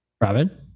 Robin